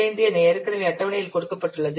95 என ஏற்கனவே அட்டவணையில் கொடுக்கப்பட்டுள்ளது